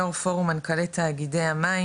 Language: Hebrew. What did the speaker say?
יו"ר פורום מנכ"לי תאגידי המים,